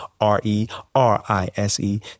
R-E-R-I-S-E